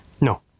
No